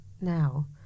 now